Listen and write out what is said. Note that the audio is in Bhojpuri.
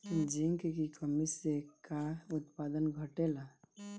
जिंक की कमी से का उत्पादन घटेला?